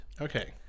Okay